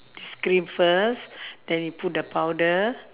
this cream first then you put the powder